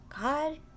God